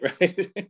right